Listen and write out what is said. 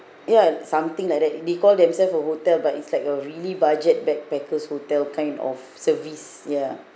ya something like that they call themselves a hotel but it's like a really budget backpackers' hotel kind of service ya